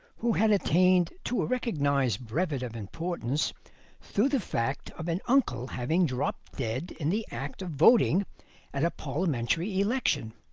who had attained to a recognised brevet of importance through the fact of an uncle having dropped dead in the act of voting at a parliamentary election.